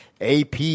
AP